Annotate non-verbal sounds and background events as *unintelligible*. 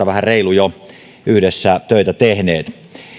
*unintelligible* vähän reilun puolitoista vuotta yhdessä töitä tehneet